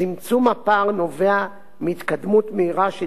צמצום הפער נובע מהתקדמות מהירה של